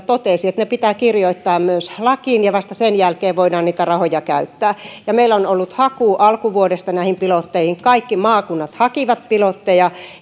totesi että ne pitää kirjoittaa myös lakiin ja vasta sen jälkeen voidaan niitä rahoja käyttää meillä on ollut haku alkuvuodesta näihin pilotteihin ja kaikki maakunnat hakivat pilotteja